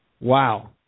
Wow